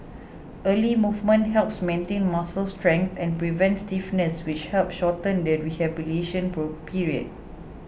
early movement helps maintain muscle strength and prevents stiffness which help shorten the rehabilitation period